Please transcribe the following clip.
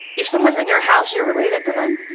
if someone's in your house you're related to them?